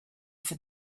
for